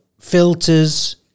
filters